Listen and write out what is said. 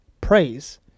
praise